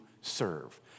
serve